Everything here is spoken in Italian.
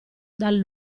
dal